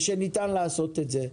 ושניתן לעשות את זה.